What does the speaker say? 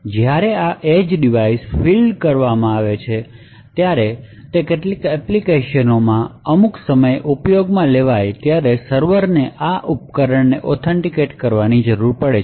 જ્યારે આ edge device field કરવામાં આવે છે અને તે કેટલાક એપ્લિકેશનોમાં અમુક સમયે ઉપયોગમાં લેવાય ત્યારે સર્વરને આ ઉપકરણને ઓથેન્ટિકેટ કરવાની જરૂર પડે છે